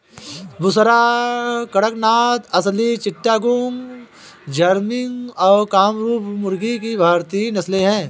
बुसरा, कड़कनाथ, असील चिट्टागोंग, झर्सिम और कामरूपा मुर्गी की भारतीय नस्लें हैं